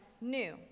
new